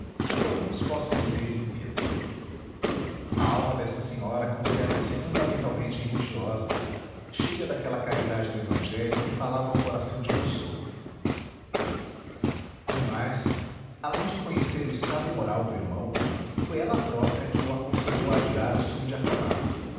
que alguns possam dizer ímpia a alma desta senhora conserva-se fundamentalmente religiosa cheia daquela caridade do evangelho que falava ao coração de rousseau demais além de conhecer o estado moral do irmão foi ela própria que o aconselhou a adiar o